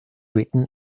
written